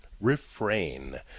Refrain